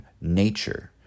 nature